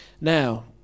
Now